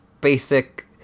basic